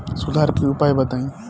सुधार के उपाय बताई?